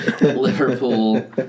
Liverpool